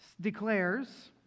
declares